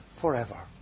forever